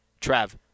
Trav